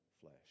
flesh